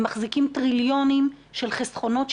הם מחזיקים טריליונים של חסכונות,